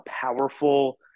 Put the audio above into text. powerful